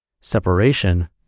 separation